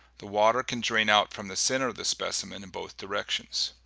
the water can drain out from the center of the specimen in both directions.